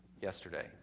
yesterday